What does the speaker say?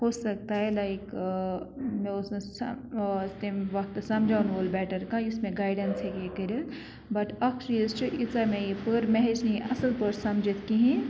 ہوسکتا ہے لایک مےٚ اوس نہٕ سَ تمہِ وقتہٕ سَمجھاوَن وول بیٹَر کانٛہہ یُس مےٚ گایڈینٕس ہیٚکے کٔرِتھ بَٹ اَکھ چیٖز چھِ ییٖژاہ مےٚ یہِ پٔر مےٚ ہیٚچنہٕ یہِ اَصٕل پٲٹھۍ سَمجھِتھ کِہیٖنۍ